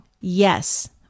Yes